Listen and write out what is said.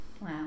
Wow